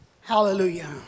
Hallelujah